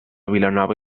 vilanova